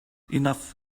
enough